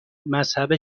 مذهب